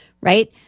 right